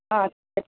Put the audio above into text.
আচ্ছা